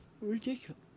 ridiculous